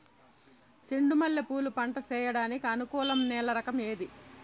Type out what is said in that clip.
చెండు మల్లె పూలు పంట సేయడానికి అనుకూలం నేల రకం ఏది